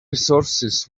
resources